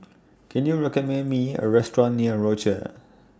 Can YOU recommend Me A Restaurant near Rochor